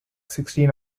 sixteen